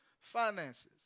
finances